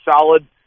solid